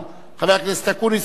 חבר הכנסת אקוניס, בבקשה.